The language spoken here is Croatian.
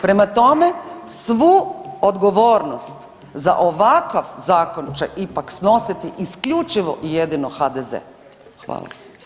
Prema tome, svu odgovornost za ovakav zakon će ipak snositi isključivo i jedino HDZ.